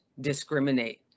discriminate